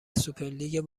سوپرلیگ